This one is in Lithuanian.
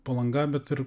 palanga bet ir